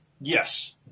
Yes